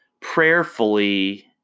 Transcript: prayerfully